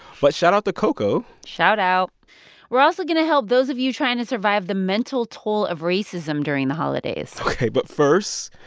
but shoutout to coco. shoutout we're also going to help those of you trying to survive the mental toll of racism during the holidays ok. but first,